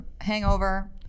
hangover